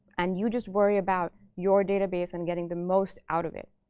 and you just worry about your database and getting the most out of it.